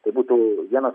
tai būtų vienas